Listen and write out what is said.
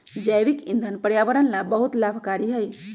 जैविक ईंधन पर्यावरण ला बहुत लाभकारी हई